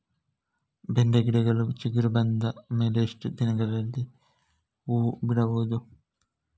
ಬೆಂಡೆ ಗಿಡಗಳು ಚಿಗುರು ಬಂದ ಮೇಲೆ ಎಷ್ಟು ದಿನದಲ್ಲಿ ಹೂ ಬಿಡಬಹುದು?